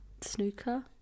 Snooker